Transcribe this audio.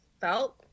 felt